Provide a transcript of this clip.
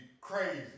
crazy